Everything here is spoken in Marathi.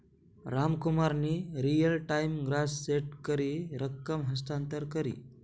रामकुमारनी रियल टाइम ग्रास सेट करी रकम हस्तांतर करी